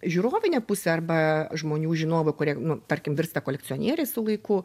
žiūrovinę pusę arba žmonių žinovų kurie nu tarkim virsta kolekcionieriais su laiku